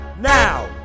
Now